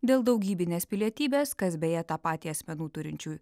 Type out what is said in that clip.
dėl daugybinės pilietybės kas beje tą patį asmenų turinčių